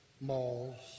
malls